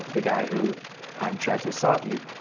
the guy who um tried to assault you,